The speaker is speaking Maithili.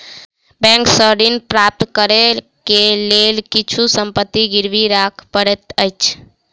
बैंक सॅ ऋण प्राप्त करै के लेल किछु संपत्ति गिरवी राख पड़ैत अछि